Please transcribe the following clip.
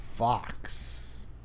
Fox